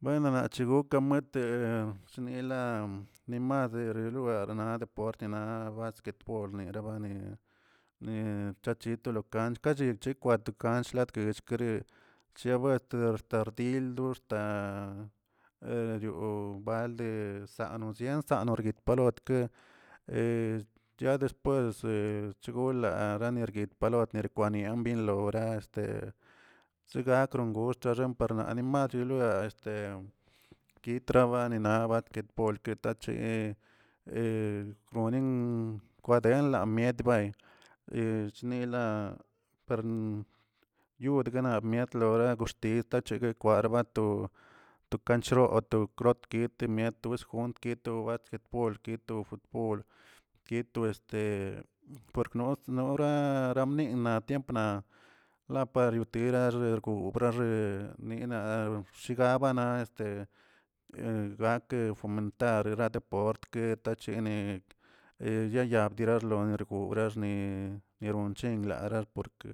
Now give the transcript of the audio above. Bueno nachegoka muete xsinila nimadele roelaa portina ba guetpor nirbalanee bchaito lo kanch kachi chikwat kanch shlagte chebuete xtil do xta erioꞌ balde sano sianosiaꞌ parguitke he ya después he chgola yanirguit oder kwanilbingə lora este chzegakron goxtaxen parnanim achiloa este kitrabani na polke tache he gnonen kwadenla mietbay chnila yud gana mietlo lagoxtit kache kwarbato to kanshrot to krotkit de miato todo esjunt keto batjetbol o futbol keto este por not nora ramnina na tiempna la par yotira bergo braxe ni na gabana este gake fomentare deportke tachenek yeya yerabdolirn gura xni nniron chenglara porke